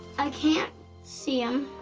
i can't see him,